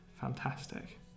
Fantastic